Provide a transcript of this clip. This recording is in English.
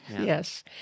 Yes